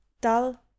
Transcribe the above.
Dull